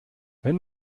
wenn